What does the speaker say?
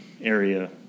area